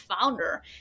founder